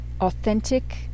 authentic